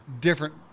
different